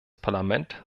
parlament